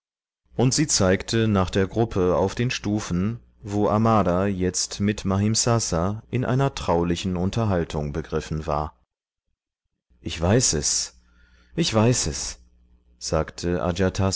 und sie zeigte nach der gruppe auf den stufen wo amara jetzt mit mahimsasa in einer traulichen unterhaltung begriffen war ich weiß es ich weiß es sagte